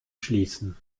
schließen